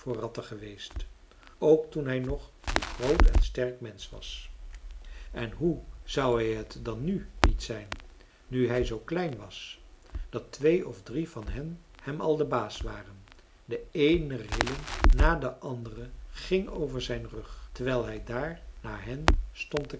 ratten geweest ook toen hij nog een groot en sterk mensch was en hoe zou hij het dan nu niet zijn nu hij zoo klein was dat twee of drie van hen hem al de baas waren de eene rilling na de andere ging over zijn rug terwijl hij daar naar hen stond